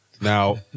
Now